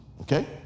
okay